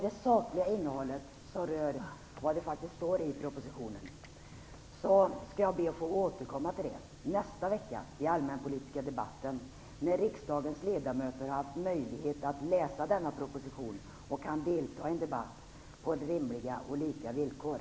Jag skall be att få återkomma till det sakliga innehållet - vad som faktiskt står i propositionen - nästa vecka i allmänpolitiska debatten, när riksdagens ledamöter har haft möjlighet att läsa denna proposition och kan delta i en debatt på rimliga och lika villkor.